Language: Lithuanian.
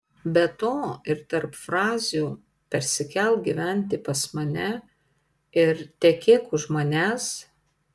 be to ir tarp frazių persikelk gyventi pas mane ir tekėk už manęs